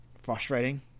frustrating